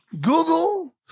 Google